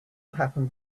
happened